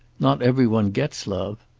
not every one gets love.